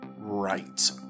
Right